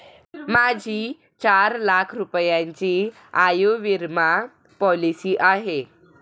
माझी चार लाख रुपयांची आयुर्विमा पॉलिसी आहे